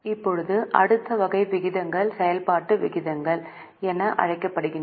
இப்போது அடுத்த வகை விகிதங்கள் செயல்பாட்டு விகிதங்கள் என அழைக்கப்படுகின்றன